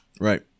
Right